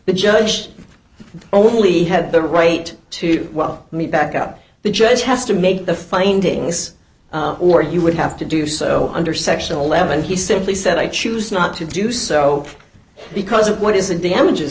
the judge only had the right to well me back up the judge has to make the findings or you would have to do so under section eleven he simply said i choose not to do so because of what is the damages